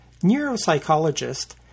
Neuropsychologist